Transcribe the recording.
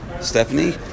Stephanie